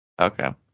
Okay